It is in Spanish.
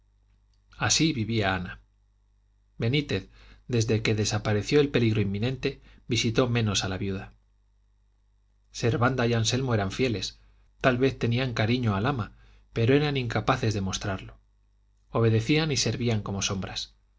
así vivía ana benítez desde que desapareció el peligro inminente visitó menos a la viuda servanda y anselmo eran fieles tal vez tenían cariño al ama pero eran incapaces de mostrarlo obedecían y servían como sombras